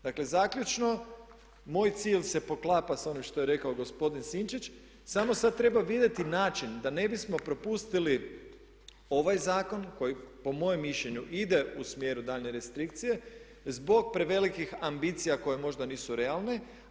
Dakle, zaključno, moj cilj se poklapa s onim što je rekao gospodin Sinčić, samo sad trebamo vidjeti način da ne bismo propustili ovaj zakon koji po mojem mišljenju ide u smjeru restrikcije zbog prevelikih ambicija koje možda nisu realne.